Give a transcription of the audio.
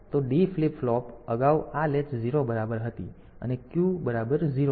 તો D flip flop અગાઉ આ લેચ 0 ની બરાબર હતી અને Q બરાબર 0 હતો